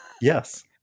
Yes